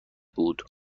بود